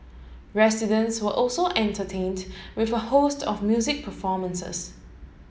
residents were also entertained with a host of music performances